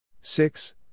Six